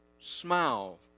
smile